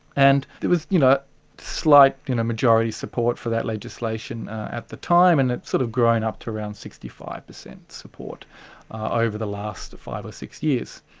and there was you know slight you know majority support for that legislation at the time and it has sort of grown up to around sixty five percent support over the last five or six years.